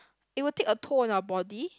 it would take a toll on our body